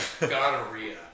gonorrhea